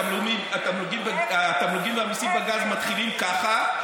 התמלוגים והמיסים בגז מתחילים ככה,